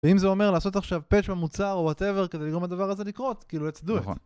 ואם זה אומר לעשות עכשיו פייץ' במוצר או וואטאבר כדי לגרום הדבר הזה לקרות, כאילו, let's do it.